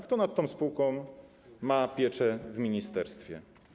Kto nad tą spółką ma pieczę w ministerstwie?